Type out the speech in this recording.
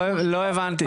לא הבנתי.